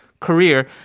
Career